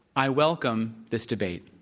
i welcome this debate,